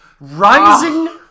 Rising